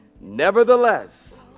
Nevertheless